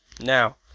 Now